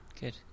Good